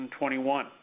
2021